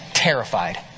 terrified